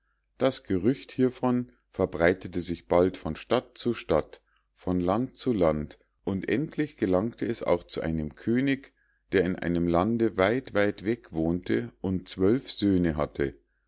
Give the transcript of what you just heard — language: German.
das gerücht hievon verbreitete sich bald von stadt zu stadt von land zu land und endlich gelangte es auch zu einem könig der in einem lande weit weit weg wohnte und zwölf söhne hatte